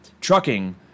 trucking